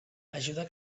ajuda